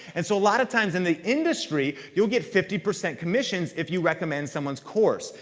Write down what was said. and so, a lot of times in the industry you'll get fifty percent commissions if you recommend someone's course.